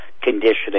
conditioning